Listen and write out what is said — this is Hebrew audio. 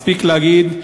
מספיק להגיד,